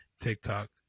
TikTok